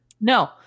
No